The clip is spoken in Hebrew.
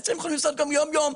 את זה הם יכולים לעשות גם יום יום.